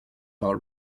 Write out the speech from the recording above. par